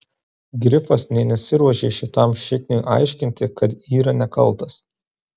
grifas nė nesiruošė šitam šikniui aiškinti kad yra nekaltas